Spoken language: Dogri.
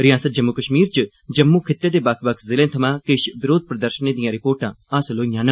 रिआसत जम्मू कश्मीर च जम्मू खित्ते दे बक्ख बक्ख जिलें थमां किश बरोध प्रदर्शनें दिआं रिपोर्टा हासल होईआं न